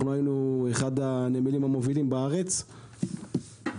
היינו אחד הנמלים המובילים בארץ וכרגע